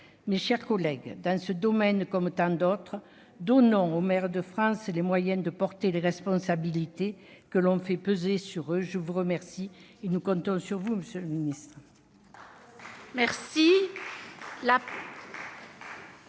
Mes chers collègues, dans ce domaine comme dans tant d'autres, donnons aux maires de France les moyens de porter les responsabilités que l'on fait peser sur eux. Nous comptons sur vous, monsieur le ministre.